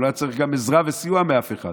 הוא גם לא היה צריך עזרה וסיוע מאף אחד.